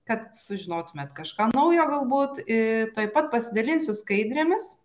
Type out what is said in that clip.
kad sužinotumėt kažką naujo galnūt ė tuoj pat pasidalinsiu skaidrėmis